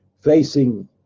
facing